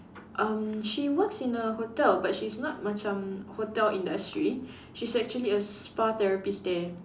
um she works in a hotel but she's not macam hotel industry she's actually a spa therapist there